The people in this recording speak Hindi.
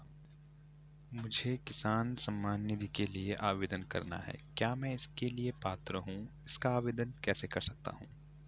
मुझे किसान सम्मान निधि के लिए आवेदन करना है क्या मैं इसके लिए पात्र हूँ इसका आवेदन कैसे कर सकता हूँ?